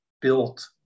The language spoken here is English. built